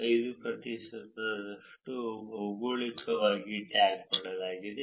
5 ಪ್ರತಿಶತದಷ್ಟು ಭೌಗೋಳಿಕವಾಗಿ ಟ್ಯಾಗ್ ಮಾಡಲಾಗಿದೆ